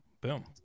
boom